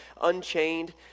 Unchained